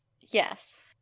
Yes